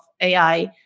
AI